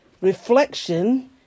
reflection